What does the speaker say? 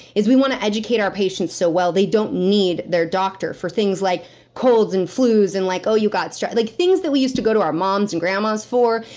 is we want to educate our patients so well, they don't need their doctor for things like colds and flues, and like, oh, you've got stress. like things we used to go to our moms and grandmas for.